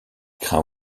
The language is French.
craint